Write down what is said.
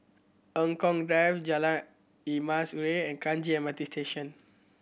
Eng Kong Drive Jalan Emas Urai and Kranji M R T Station